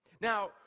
Now